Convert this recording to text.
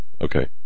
Okay